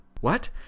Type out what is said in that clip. What